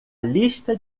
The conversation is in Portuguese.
lista